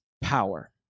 power